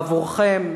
בעבורכם,